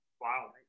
Wow